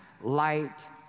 light